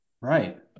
Right